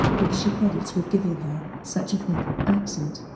which she credits with giving her such a thick accent.